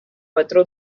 patró